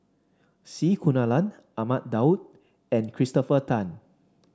C Kunalan Ahmad Daud and Christopher Tan